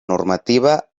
normativa